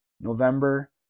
November